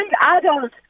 adult